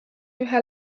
ühe